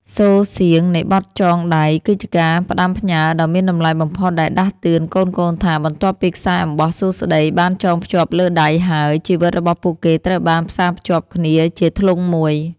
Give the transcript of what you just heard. សូរសៀងនៃបទចងដៃគឺជាការផ្ដាំផ្ញើដ៏មានតម្លៃបំផុតដែលដាស់តឿនកូនៗថា បន្ទាប់ពីខ្សែអំបោះសួស្តីបានចងភ្ជាប់លើដៃហើយ ជីវិតរបស់ពួកគេត្រូវបានផ្សារភ្ជាប់គ្នាជាធ្លុងមួយ